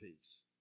peace